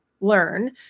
learn